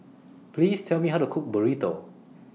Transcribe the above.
Please Tell Me How to Cook Burrito